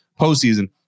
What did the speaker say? postseason